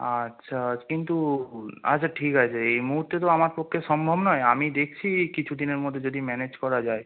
আচ্ছা কিন্তু আচ্ছা ঠিক আছে এই মুহুর্তে তো আমার পক্ষে সম্ভব নয় আমি দেকছি কিছু দিনের মধ্যে যদি ম্যানেজ করা যায়